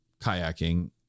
kayaking